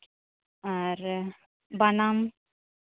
ᱟᱨ ᱵᱟᱱᱟᱢ